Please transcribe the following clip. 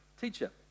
Teacher